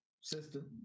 sister